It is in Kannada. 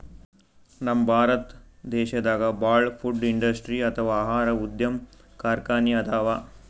ನಮ್ ಭಾರತ್ ದೇಶದಾಗ ಭಾಳ್ ಫುಡ್ ಇಂಡಸ್ಟ್ರಿ ಅಥವಾ ಆಹಾರ ಉದ್ಯಮ್ ಕಾರ್ಖಾನಿ ಅದಾವ